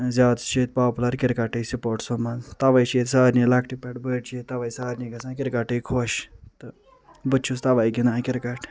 زیادٕ چھُ ییٚتہِ پاپُلر کرکٹٕے سپوٹسو منٛز تاوے چھُ یتہِ سارنٕے لۄکٹہِ پٮ۪ٹھ بٔڑۍ چھِ یتہِ سارنٕے گژھان کرکٹے خۄش تہٕ بہِ توے گِندان کرکٹ